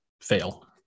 fail